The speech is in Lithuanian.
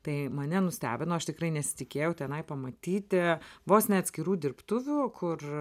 tai mane nustebino aš tikrai nesitikėjau tenai pamatyti vos ne atskirų dirbtuvių kur